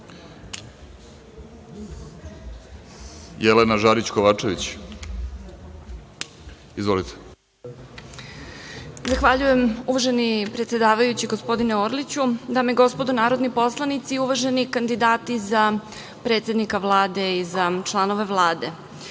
**Jelena Žarić Kovačević** Zahvaljujem, uvaženi predsedavajući, gospodine Orliću. Dame i gospodo narodni poslanici, uvaženi kandidati za predsednika Vlade i za članove Vlade,